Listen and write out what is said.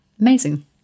amazing